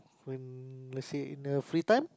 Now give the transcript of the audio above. when let say in the free time